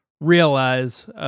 realize